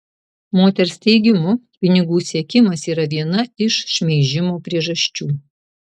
moters teigimu pinigų siekimas yra viena iš šmeižimo priežasčių